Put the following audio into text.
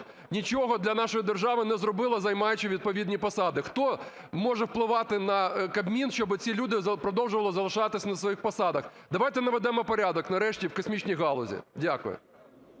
нічого для нашої держави не зробила, займаючи відповідні посади. Хто може впливати на Кабмін, щоби ці люди продовжували залишатися на своїх посадах? Давайте наведемо порядок нарешті в космічній галузі. Дякую.